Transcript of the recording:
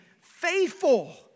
faithful